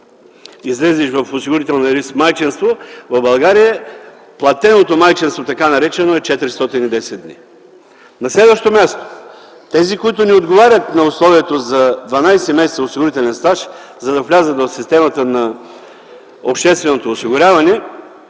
излезеш в осигурителния риск майчинство, в България платеното майчинство, така наречено, е 410 дни. На следващо място, тези, които не отговарят на условието за 12 месеца осигурителен стаж, за да влязат в системата на общественото осигуряване,